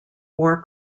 war